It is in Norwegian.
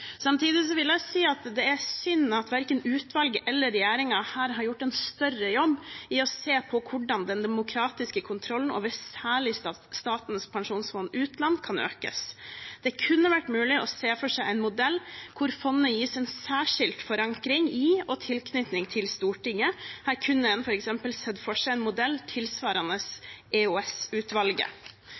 Samtidig vil jeg si at det er synd at verken utvalget eller regjeringen har gjort en større jobb med å se på hvordan den demokratiske kontrollen over særlig Statens pensjonsfond utland kan økes. Det kunne vært mulig å se for seg en modell hvor fondet gis en særskilt forankring i og tilknytning til Stortinget. Her kunne en f.eks. sett for seg en modell tilsvarende